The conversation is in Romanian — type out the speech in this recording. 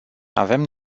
avem